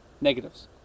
Negatives